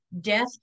Death